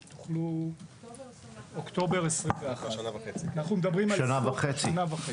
אוקטובר 2021. שנה וחצי.